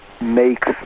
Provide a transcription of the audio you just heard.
makes